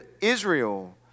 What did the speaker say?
Israel